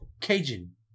Cajun